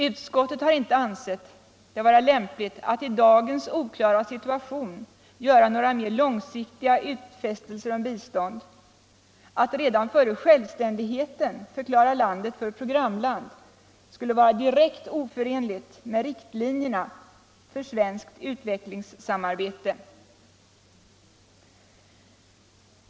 Utskottet har inte ansett det vara lämpligt att i dagens oklara situation göra några mer långsiktiga utfästelser om bistånd. Att redan före självständigheten förklara landet för programland skulle vara direkt oförenligt med riktlinjerna för svenskt utvecklingssamarbete.